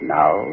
now